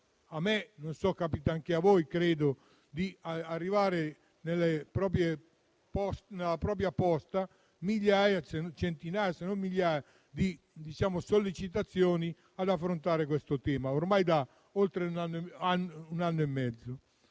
Credo che capiti anche a voi di veder arrivare, nella propria posta, centinaia, se non migliaia, sollecitazioni ad affrontare questo tema, ormai da un anno e mezzo.